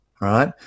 right